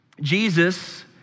Jesus